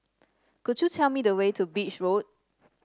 could you tell me the way to Beach Road